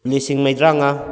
ꯂꯤꯁꯤꯡ ꯃꯧꯗ꯭ꯔꯥꯃꯉꯥ